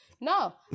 No